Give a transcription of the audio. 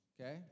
okay